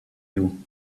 you